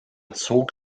zog